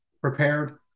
prepared